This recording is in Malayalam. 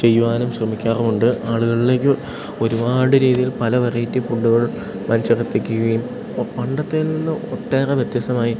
ചെയ്യുവാനും ശ്രമിക്കാറുമുണ്ട് ആളുകളിലേക്ക് ഒരുപാട് രീതിയിൽ പല വെറൈറ്റി ഫുഡ്ഡുകൾ മനുഷ്യരെത്തിക്കുകയും ഇപ്പം പണ്ടത്തേതിൽ നിന്ന് ഒട്ടേറെ വ്യത്യസ്തമായി